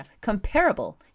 Comparable